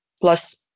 plus